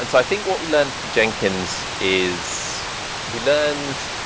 and i think what we learned from jenkins is we learned